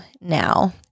now